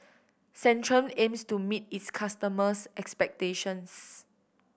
Centrum aims to meet its customers' expectations